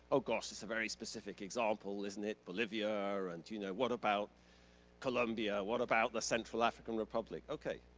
oh gosh, it's a very specific example, isn't it, bolivia? and you know what about colombia? what about the central african republic? okay,